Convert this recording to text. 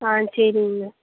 ஆ சரிங்க